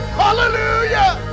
hallelujah